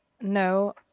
No